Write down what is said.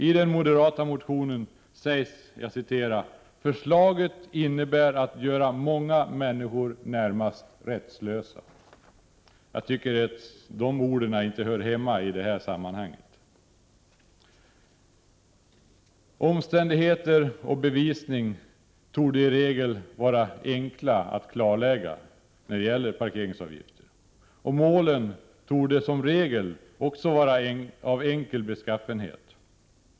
I den moderata motionen sägs: ”Förslaget innebär att göra många människor närmast rättslösa.” Jag tycker att sådana ord inte hör hemma i detta sammanhang. Omständigheter och bevisning torde i regel vara enkla att klarlägga när det gäller felparkeringsavgifter, och målen torde som regel också vara av enkel beskaffenhet.